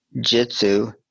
Jitsu